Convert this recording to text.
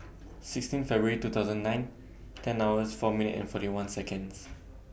sixteen February two thousand and nine ten hours four minutes and forty one Seconds